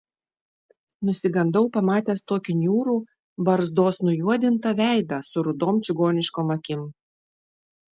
nusigandau pamatęs tokį niūrų barzdos nujuodintą veidą su rudom čigoniškom akim